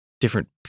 different